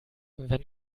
wenn